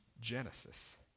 Genesis